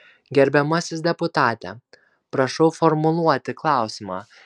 gerbiamasis deputate prašau formuluoti klausimą